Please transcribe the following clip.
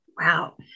wow